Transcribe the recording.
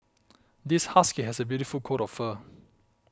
this husky has a beautiful coat of fur